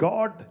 God